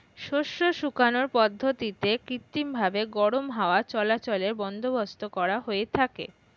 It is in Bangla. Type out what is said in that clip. শস্য শুকানোর পদ্ধতিতে কৃত্রিমভাবে গরম হাওয়া চলাচলের বন্দোবস্ত করা হয়ে থাকে